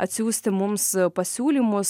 atsiųsti mums pasiūlymus